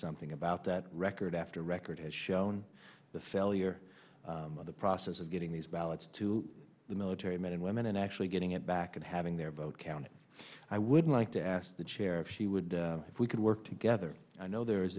something about that record after record as shown the failure of the process of getting these ballots to the military men and women and actually getting it back and having their vote counted i would like to ask the chair if she would if we could work together i know there is